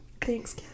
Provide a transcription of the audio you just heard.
Thanks